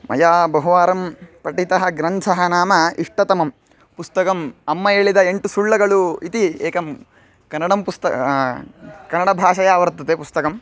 मया बहुवारं पठितः ग्रन्थः नाम इष्टतमं पुस्तकम् अम्मयेळिद एण्टु सुळ्ळगळु इति एकं कन्नडं पुस्तकं कन्नडभाषया वर्तते पुस्तकं